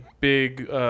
big